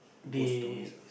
ghost stories ah